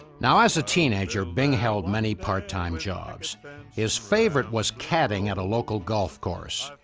now as a teenager, bing held many part time jobs his favorite was caddying at a local golf course,